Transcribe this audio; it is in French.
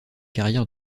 carrière